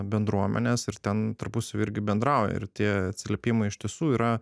bendruomenes ir ten tarpusavy irgi bendrauja ir tie atsiliepimai iš tiesų yra